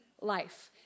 life